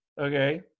okay